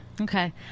Okay